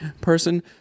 person